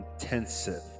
intensive